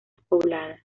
poblada